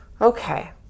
Okay